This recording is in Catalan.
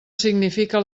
significa